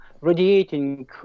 radiating